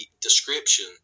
description